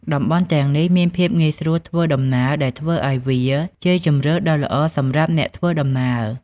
តំបន់ទាំងនេះមានភាពងាយស្រួលធ្វើដំណើរដែលធ្វើឱ្យវាជាជម្រើសដ៏ល្អសម្រាប់អ្នកធ្វើដំណើរ។